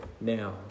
now